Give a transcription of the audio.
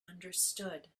understood